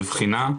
בבחינה.